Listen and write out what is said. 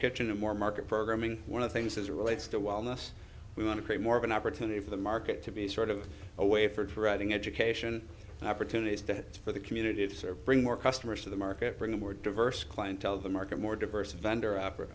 kitchen and more market programming one of things as relates to wellness we want to create more of an opportunity for the market to be sort of a way for deriving education opportunities for the community to serve bring more customers to the market bring a more diverse clientele the market more diverse vendor op